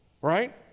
right